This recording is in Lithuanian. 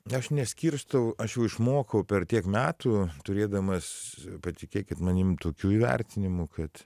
aš neskirstau aš jau išmokau per tiek metų turėdamas patikėkit manim tokių įvertinimų kad